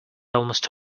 almost